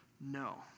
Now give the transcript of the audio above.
No